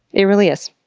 it really is.